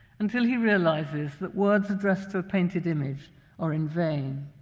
until he realizes that words addressed to a painted image are in vain.